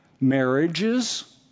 marriages